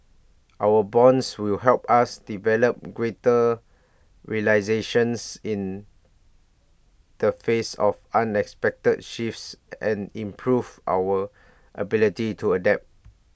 our bonds will help us develop greater resilience in the face of unexpected shifts and improve our ability to adapt